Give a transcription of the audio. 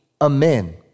amen